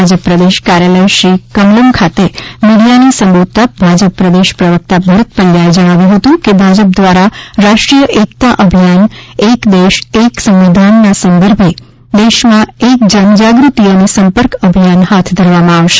ભાજપા પ્રદેશ કાર્યાલય શ્રી કમલમ ખાતે મીડિયાને સંબોધતાં ભાજપા પ્રદેશ પ્રવક્તા ભરત પંડચાએ જણાવ્યું હતું કે ભાજપા દ્વારા રાષ્ટ્રીય એકતા અભિયાન એક દેશ એક સંવિધાનના સંદર્ભે દેશમાં એક જનજાગ્રતિ અને સંપર્ક અભિયાન હાથ ધરવામાં આવશે